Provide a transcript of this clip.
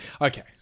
Okay